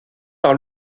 par